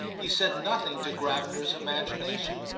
he said nothing to gravener's imagination.